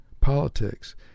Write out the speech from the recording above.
politics